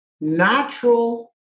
natural